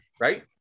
right